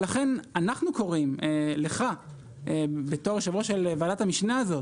לכן אנחנו קוראים לך בתור יושב-ראש של ועדת המשנה הזאת